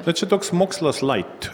bet čia toks mokslas lait